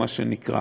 מה שנקרא,